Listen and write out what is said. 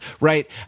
right